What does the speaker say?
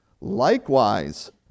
Likewise